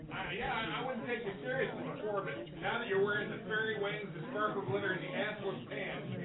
yeah i wouldn't take you seriously before, but now that you're wearing the fairy wings, the sparkle glitter and the and ass-less pants, yeah,